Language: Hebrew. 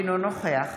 אינו נוכח